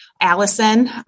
Allison